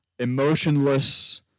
emotionless